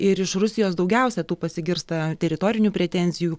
ir iš rusijos daugiausia tų pasigirsta teritorinių pretenzijų